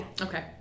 Okay